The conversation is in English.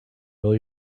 will